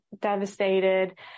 devastated